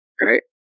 Right